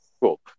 Cool